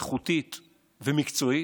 איכותית ומקצועית,